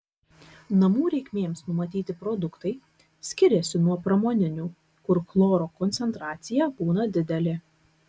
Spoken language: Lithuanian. namų reikmėms numatyti produktai skiriasi nuo pramoninių kur chloro koncentracija būna didelė